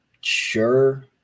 sure